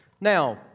Now